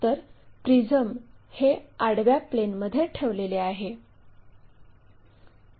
तर प्रिझम हे या आडव्या प्लेनमध्ये ठेवलेले आहे